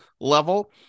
level